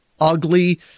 ugly